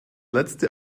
letzte